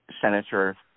senator